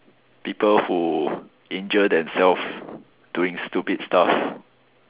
people who injure themself doing stupid stuff